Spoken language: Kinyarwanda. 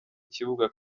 kibuga